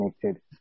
connected